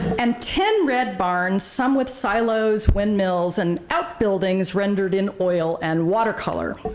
and ten red barns, some with silos, windmills and outbuildings rendered in oil and watercolor.